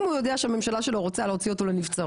אם הוא יודע שהממשלה שלו רוצה להוציא אותו לנבצרות,